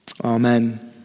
Amen